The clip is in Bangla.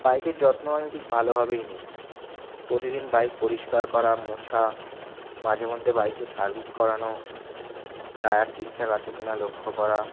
বাইকের যত্ন আমি ঠিক ভালোভাবেই নিই প্রতিদিন বাইক পরিষ্কার করা মোছা মাঝে মধ্যে বাইকের সার্ভিস করানো টায়ার ঠিকঠাক আছে কিনা লক্ষ্য করা